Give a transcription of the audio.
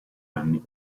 anni